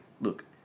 look